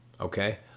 Okay